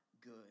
good